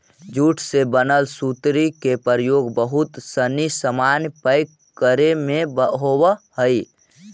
jute से बनल सुतरी के प्रयोग बहुत सनी सामान पैक करे में होवऽ हइ